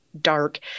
dark